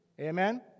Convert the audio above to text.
Amen